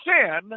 sin